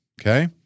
okay